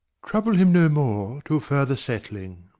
trouble him no more till further settling.